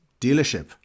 dealership